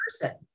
person